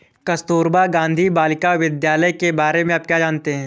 कस्तूरबा गांधी बालिका विद्यालय के बारे में आप क्या जानते हैं?